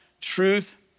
Truth